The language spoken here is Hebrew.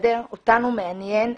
אותנו מעניין איכות.